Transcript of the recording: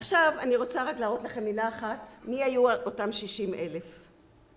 עכשיו אני רוצה רק להראות לכם מילה אחת, מי היו אותם שישים אלף?